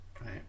Right